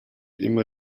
immer